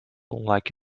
like